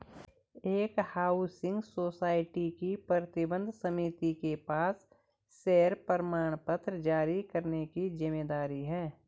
एक housing society की प्रबंध समिति के पास शेयर प्रमाणपत्र जारी करने की जिम्मेदारी है